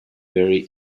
very